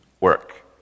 Work